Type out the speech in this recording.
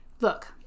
Look